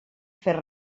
fer